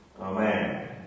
Amen